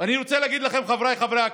אני רוצה להגיד לכם, חבריי חברי הכנסת,